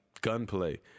gunplay